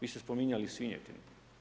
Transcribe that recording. Vi ste spominjali svinjetinu.